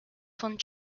von